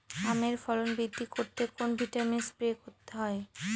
আমের ফলন বৃদ্ধি করতে কোন ভিটামিন স্প্রে করতে হয়?